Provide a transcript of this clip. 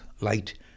light